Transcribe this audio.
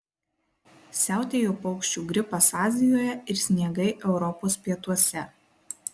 siautėjo paukščių gripas azijoje ir sniegai europos pietuose